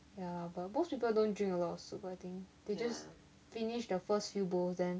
ya but most people don't drink a lot of soup I think they just finish the first few bowls then